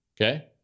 Okay